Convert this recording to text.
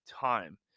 time